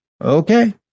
Okay